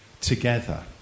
together